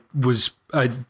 was—I